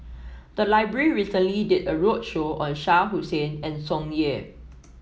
the library recently did a roadshow on Shah Hussain and Tsung Yeh